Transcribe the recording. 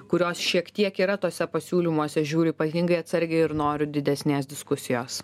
kurios šiek tiek yra tuose pasiūlymuose žiūriu ypatingai atsargiai ir noriu didesnės diskusijos